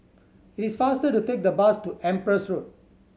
it is faster to take the bus to Empress Road